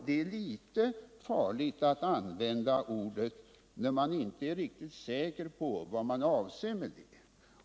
Det är lite farligt att använda uttrycket när man inte är riktigt säker på vad man avser med det.